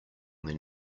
their